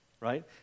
right